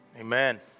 Amen